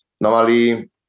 Normally